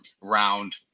round